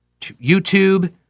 YouTube